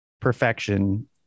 perfection